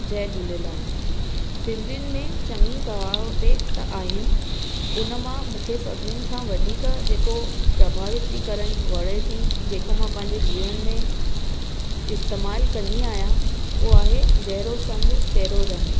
जय झूलेलाल सिंधियुनि में चङी कहाववते त आहिनि उनमां मूंखे सभिनिनि खां वधीक जेको प्रभावितीकरण वणे थी जेको मां पंहिंजे जीवन में इस्तमालु कंदी आहियां उहो आहे जहिड़ो संगु तहिड़ो रंगु